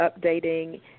updating